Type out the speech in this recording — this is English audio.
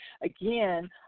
again